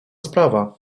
sprawa